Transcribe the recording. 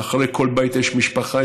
מאחורי כל בית יש משפחה,